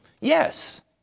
Yes